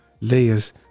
layers